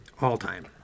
All-time